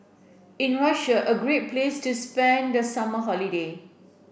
is Russia a great place to spend the summer holiday